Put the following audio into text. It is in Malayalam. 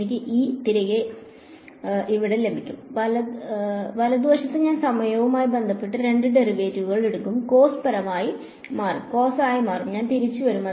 എനിക്ക് E തിരികെ ഇവിടെ ലഭിക്കും വലതുവശത്ത് ഞാൻ സമയവുമായി ബന്ധപ്പെട്ട് രണ്ട് ഡെറിവേറ്റീവുകൾ എടുക്കും കോസ് പാപമായി മാറും കോസായി മാറും ഞാൻ തിരിച്ചുവരും